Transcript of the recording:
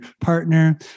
partner